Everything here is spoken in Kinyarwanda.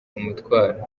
umutwaro